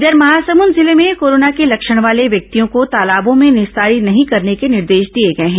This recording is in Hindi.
इधर महासमुंद जिले में कोरोना के लक्षण वाले व्यक्तियों को तालाबों में निस्तारी नहीं करने के निर्देश दिए गए हैं